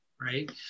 right